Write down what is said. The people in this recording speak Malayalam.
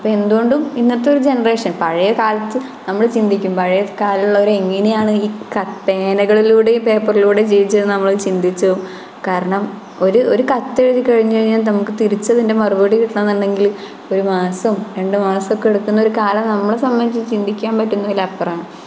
ഇപ്പോൾ എന്തുകൊണ്ടും ഇന്നത്തെ ഒരു ജനറേഷൻ പഴയ കാലത്ത് നമ്മള് ചിന്തിക്കും പഴയകാലം ഉള്ളവർ എങ്ങനെയാണീ കത്ത് പേനകളിലൂടെയും പേപ്പറിലൂടെയും ജീവിച്ചതെന്നു നമ്മൾ ചിന്തിച്ചു പോകും കാരണം ഒരു ഒരു കത്തെഴുതി കഴിഞ്ഞു കഴിഞ്ഞാല് നമുക്ക് തിരിച്ചു അതിന്റെ മറുപടി കിട്ടണമെന്നുണ്ടെങ്കില് ഒരു മാസവും രണ്ടു മാസവും ഒക്കെ എടുക്കുന്ന ഒരു കാലം നമ്മളെ സംബന്ധിച്ച് ചിന്തിക്കാന് പറ്റുന്നതിലപ്പുറമാണ്